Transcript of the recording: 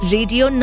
Radio